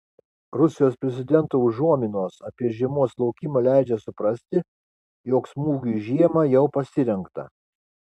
rusijos prezidento užuominos apie žiemos laukimą leidžia suprasti jog smūgiui žiemą jau pasirengta